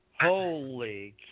Holy